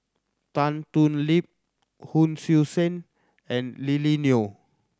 Tan Thoon Lip Hon Sui Sen and Lily Neo